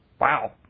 Wow